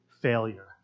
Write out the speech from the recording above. failure